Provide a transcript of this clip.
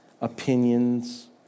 opinions